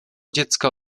dziecka